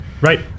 Right